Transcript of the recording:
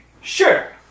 Sure